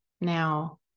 Now